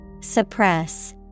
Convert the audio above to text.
Suppress